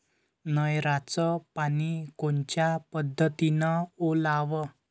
नयराचं पानी कोनच्या पद्धतीनं ओलाव?